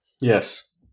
Yes